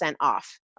off